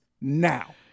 now